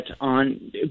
on